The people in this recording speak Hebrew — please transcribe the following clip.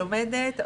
לומדת,